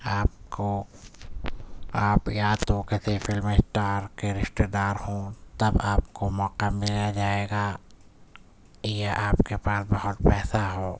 آپ کو آپ یا تو کسی فلم میں اسٹار کے رشتے دار ہوں تب آپ کو موقع دیا جائے گا یا آپ کے پاس بہت پیسہ ہو